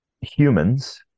humans